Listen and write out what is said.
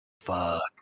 fuck